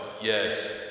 yes